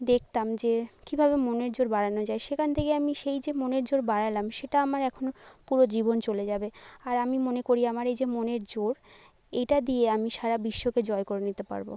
দেখতাম যে কীভাবে মনের জোর বাড়ানো যায় সেখান থেকে আমি সেই যে মনের জোর বাড়ালাম সেটা আমার এখনও পুরো জীবন চলে যাবে আর আমি মনে করি আমার এই যে মনের জোর এইটা দিয়ে আমি সারা বিশ্বকে জয় করে নিতে পারব